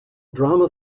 drama